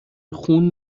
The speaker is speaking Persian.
خون